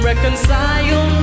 Reconcile